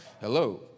hello